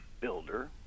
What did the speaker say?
Builder